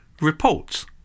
reports